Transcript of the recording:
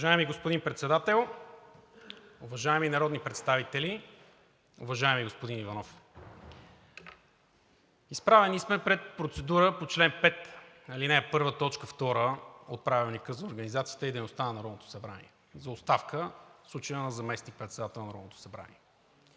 Уважаеми господин Председател, уважаеми народни представители, уважаеми господин Иванов! Изправени сме пред процедура по чл. 5, ал. 1, т. 2 от Правилника за организацията и дейността на Народното събрание за оставка, в случая на заместник-председател на Народното събрание.